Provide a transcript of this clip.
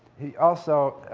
he also